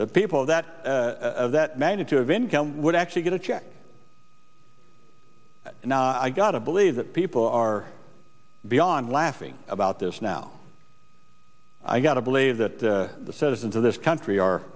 the people of that of that magnitude of income would actually get a check and i gotta believe that people are beyond laughing about this now i gotta believe that the citizens of this country are